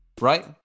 right